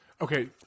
okay